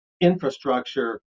infrastructure